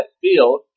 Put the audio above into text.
field